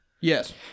Yes